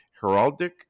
heraldic